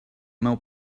meu